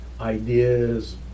ideas